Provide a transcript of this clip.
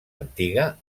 antiga